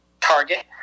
target